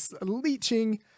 leaching